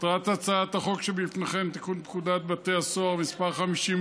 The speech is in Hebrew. חוק לתיקון פקודת בתי הסוהר (מס' 54)